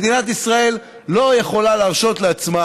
מדינת ישראל לא יכולה להרשות לעצמה